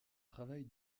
travail